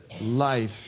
life